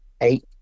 eight